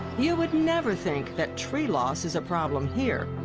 you would never think that tree loss is a problem here.